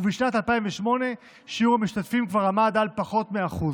ובשנת 2008 שיעור המשתתפים כבר היה פחות מ-1%.